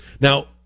Now